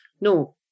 No